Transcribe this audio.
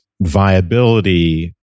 viability